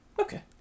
Okay